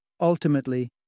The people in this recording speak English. Ultimately